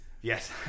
Yes